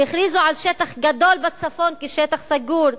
והכריזו על שטח גדול בצפון כשטח סגור,